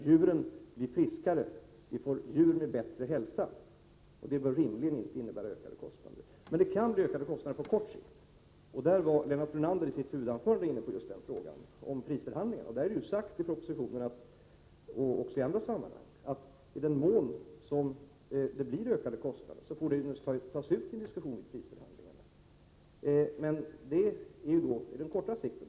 Djuren blir friskare, vi får djur med bättre hälsa, och det bör rimligen inte innebära ökade kostnader. På kort sikt kan det däremot bli ökade kostnader. I sitt huvudanförande var Lennart Brunander inne på frågan om prisförhandlingarna. I propositionen — och även i andra sammanhang — är det sagt att i den mån det blir ökade kostnader får detta tas upp till diskussion i prisförhandlingarna. Detta gäller som sagt i det kortare perspektivet.